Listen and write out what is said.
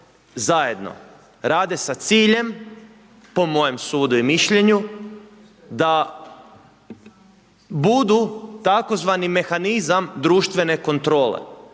zajedno. Rade sa ciljem po mojem sudu i mišljenju da budu tzv mehanizam društvene kontrole,